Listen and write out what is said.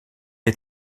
les